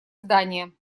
здание